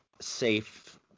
safe